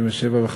(6), (7), 57 ו-59(ה)